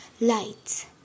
Lights